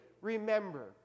remember